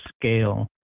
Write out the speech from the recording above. Scale